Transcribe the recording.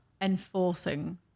enforcing